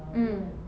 mm